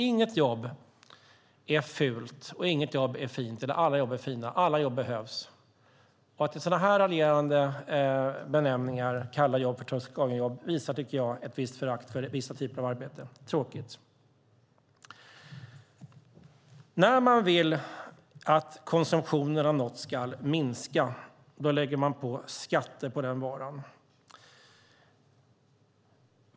Inget jobb är fult, och inget jobb är fint, eller alla jobb är fina, och alla jobb behövs. Att raljerande kalla jobb för toast-skagen-jobb visar, tycker jag, ett visst förakt för vissa typer av arbete. Det är tråkigt. När man vill att konsumtionen av något ska minska lägger man på skatt på varan.